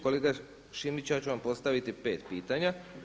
Kolega Šimić, ja ću vam postaviti pet pitanja.